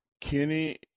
kenny